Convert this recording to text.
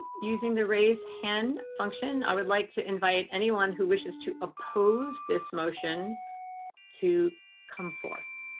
using the raised hand function i would like to invite anyone who wishes to oppose this motion to come forth.